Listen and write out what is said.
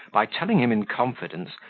by telling him in confidence,